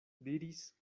diris